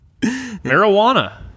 Marijuana